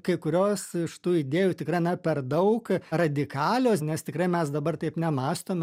kai kurios iš tų idėjų tikrai na per daug radikalios nes tikrai mes dabar taip nemąstom